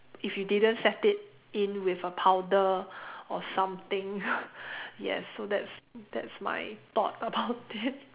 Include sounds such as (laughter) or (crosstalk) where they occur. if you didn't set it in with a powder or something (laughs) yes so that's that's my thought about it